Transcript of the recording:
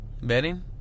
betting